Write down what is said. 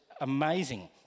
amazing